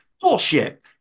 bullshit